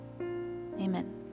Amen